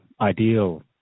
ideal